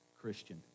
Christian